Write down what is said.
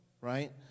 right